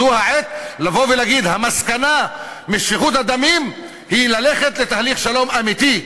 זו העת לבוא ולהגיד: המסקנה משפיכות הדמים היא ללכת לתהליך שלום אמיתי,